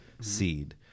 seed